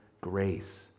grace